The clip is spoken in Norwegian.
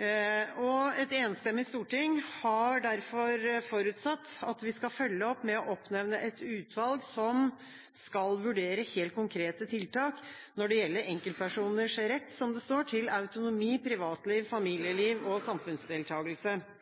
Et enstemmig storting har derfor forutsatt at vi skal følge opp med å oppnevne et utvalg som skal vurdere helt konkrete tiltak når det gjelder enkeltpersoners rett, som det står, til autonomi, privatliv, familieliv og